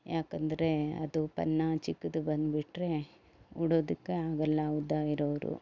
ಯಾಕಂದರೆ ಅದು ಪನ್ನ ಚಿಕ್ಕದು ಬಂದು ಬಿಟ್ಟರೆ ಉಡೋದಕ್ಕೆ ಆಗೋಲ್ಲ ಉದ್ದ ಇರೋರು